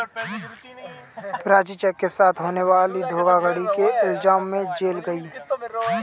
Prachi cheque के साथ होने वाली धोखाधड़ी के इल्जाम में जेल गई